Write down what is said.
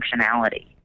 functionality